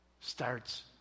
starts